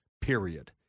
period